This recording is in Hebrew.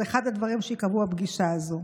זה אחד הדברים שייקבעו בפגישה הזאת.